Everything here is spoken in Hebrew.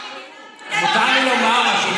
מותר לי לומר משהו.